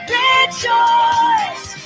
rejoice